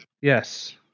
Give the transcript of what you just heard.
Yes